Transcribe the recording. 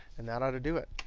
and that ought to do it.